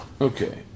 Okay